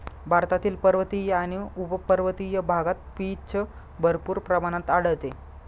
भारतातील पर्वतीय आणि उपपर्वतीय भागात पीच भरपूर प्रमाणात आढळते